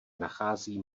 nachází